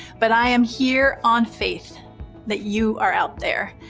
but i am here on faith that you are out there,